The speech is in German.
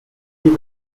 wie